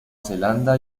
zelanda